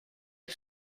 est